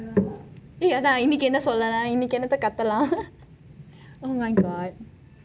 அதான் இனக்கி என்ன சொல்லலாம் இனக்கி என்ன கத்தலாம்:athaan inakki enna sollalaam inakki enna kattalam oh my god